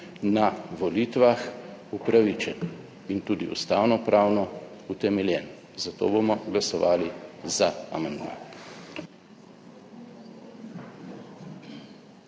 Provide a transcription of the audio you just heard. na volitvah, upravičen in tudi ustavno pravno utemeljen. Zato bomo glasovali za amandma.